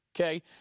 Okay